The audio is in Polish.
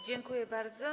Dziękuję bardzo.